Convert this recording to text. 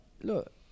look